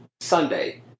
Sunday